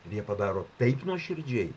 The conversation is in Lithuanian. ir jie padaro taip nuoširdžiai